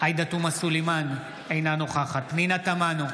עאידה תומא סלימאן, אינה נוכחת פנינה תמנו,